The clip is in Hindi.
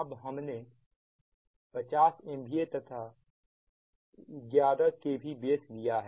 अब हमने 50 MVA तथा 11 kV बेस लिया है